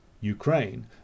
Ukraine